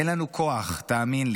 אין לנו כוח, תאמין לי,